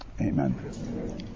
amen